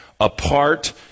apart